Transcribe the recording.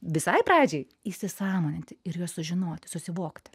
visai pradžiai įsisąmoninti ir juos sužinoti susivokt